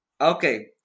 Okay